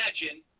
imagine